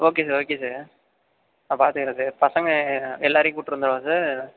okay sir okay sir நான் பார்த்துக்கறேன் sir பசங்க எல்லோரையும் கூட்டுரு வந்திரவா சார்